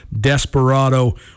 desperado